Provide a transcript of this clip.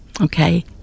Okay